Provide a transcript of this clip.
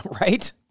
right